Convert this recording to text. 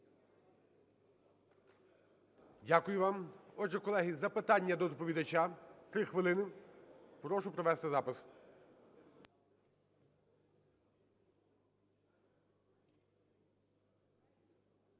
Дякую вам. Отже, колеги, запитання до доповідача, 3 хвилини. Прошу провести запис.